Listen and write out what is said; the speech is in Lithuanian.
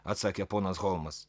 atsakė ponas holmas